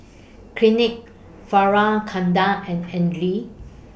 Clinique Fjallraven Kanken and Andre